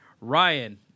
Ryan